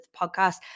podcast